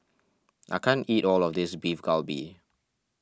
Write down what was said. I can't eat all of this Beef Galbi